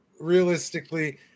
realistically